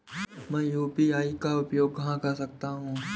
मैं यू.पी.आई का उपयोग कहां कर सकता हूं?